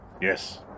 Yes